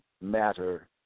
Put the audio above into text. matter